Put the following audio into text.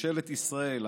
ממשלת ישראל,